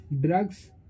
drugs